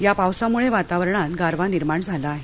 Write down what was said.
या पावसामुळे वातावरणात गारवा निर्माण झाला आहे